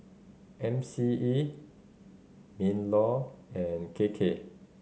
M C E MinLaw and K K